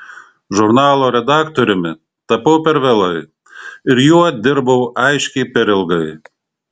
žurnalo redaktoriumi tapau per vėlai ir juo dirbau aiškiai per ilgai